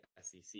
SEC